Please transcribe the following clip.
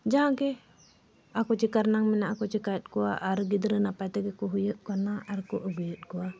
ᱡᱟᱦᱟᱸ ᱜᱮ ᱟᱠᱚ ᱪᱤᱠᱟᱹ ᱨᱮᱱᱟᱜ ᱢᱮᱱᱟᱜ ᱟᱠᱚ ᱪᱤᱠᱟᱹᱭᱮᱫ ᱠᱚᱣᱟ ᱟᱨ ᱜᱤᱫᱽᱨᱟᱹ ᱱᱟᱯᱟᱭ ᱛᱮᱜᱮ ᱠᱚ ᱦᱩᱭᱩᱜ ᱠᱟᱱᱟ ᱟᱨ ᱠᱚ ᱟᱹᱜᱩᱭᱮᱫ ᱠᱚᱣᱟ